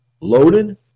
loaded